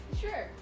Sure